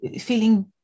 feeling